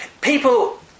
People